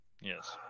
Yes